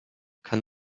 kann